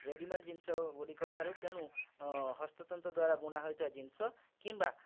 readymade ଜିନିଷଗୁଡ଼ିକ ଠାରୁ ତେଣୁ ହସ୍ତତନ୍ତ୍ର ଦ୍ୱାରା ବୁଣା ହୋଇଥିବା ଜିନିଷ କିମ୍ୱା